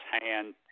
hand